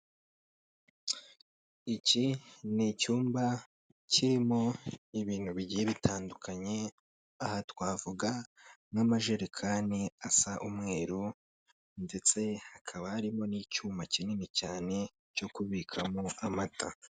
Iki n'icyumba kirimo ibintu bigiye bitandukanye, aha twavuga nk'amajerekani asa umweru ndetse hakaba harimo n'icyuma kinini cyane cyo kubikamo amata.